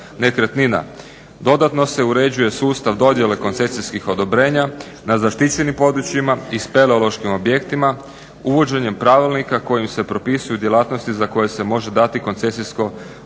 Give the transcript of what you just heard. Dodatno se uređuje sustav dodjele koncesijskih odobrenja na zaštićenim područjima i speleološkim objektima uvođenjem pravilnika kojim se propisuju djelatnosti za koje se može dati koncesijsko odobrenja